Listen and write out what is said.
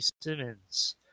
Simmons